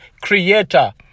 creator